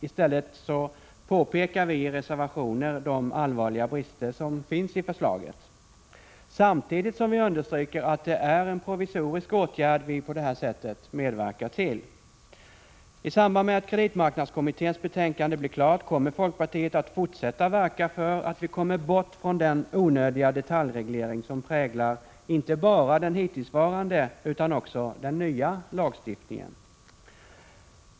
I stället påpekar vi i reservationer de allvarliga brister som finns i förslaget. Samtidigt understryker vi att det är en provisorisk åtgärd vi på det här sättet medverkar till. I samband med att kreditmarknadskommitténs betänkande blir klart kommer folkpartiet att fortsätta verka för att vi kommer bort från den onödiga detaljreglering som präglar inte bara den hittillsvarande utan också den nya lagstiftningen.